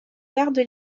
garde